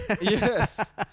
Yes